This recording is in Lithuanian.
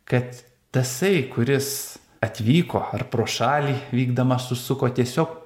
kad tasai kuris atvyko ar pro šalį vykdamas užsuko tiesiog